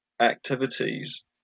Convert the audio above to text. activities